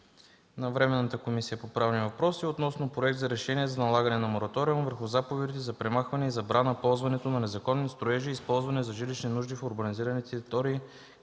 на Временната комисия по правни въпроси относно Проект за решение за налагане на мораториум върху заповедите за премахване и забрана ползването на незаконни строежи, използвани за жилищни нужди в урбанизираните територии,